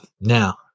Now